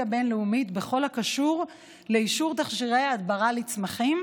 בין-לאומית בכל הקשור לאישור תכשירי הדברה לצמחים,